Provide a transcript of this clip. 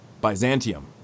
Byzantium